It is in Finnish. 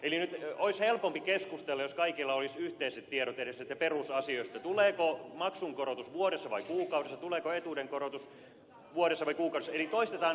eli nyt olisi helpompi keskustella jos kaikilla olisi yhteiset tiedot edes näistä perusasioista tuleeko maksunkorotus vuodessa vai kuukaudessa tuleeko etuuden korotus vuodessa vai kuukaudessa